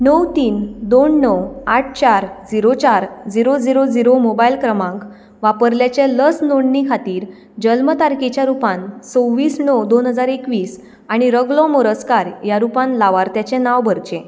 णव तीन दोन णव आठ चार जिरो चार जिरो जिरो जिरो मोबायल क्रमांक वापरप्याचे लस नोंदणी खातीर जल्म तारीखेच्या रुपान सव्वीस णव दोन हजार एकवीस आनी रगलो मोरजकार ह्या रुपान लावार्थ्याचें नांव भरचें